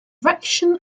direction